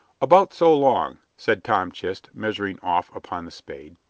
about so long, said tom chist, measuring off upon the spade,